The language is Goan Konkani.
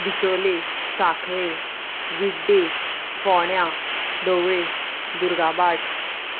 बिचोले साखळे विड्डे फोंण्या धवळे दुर्गाबाट